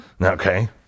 okay